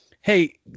Hey